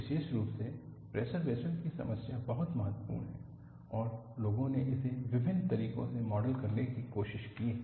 विशेष रूप से pressure vessel की समस्या बहुत महत्वपूर्ण है और लोगों ने इसे विभिन्न तरीकों से मॉडल करने की कोशिश की है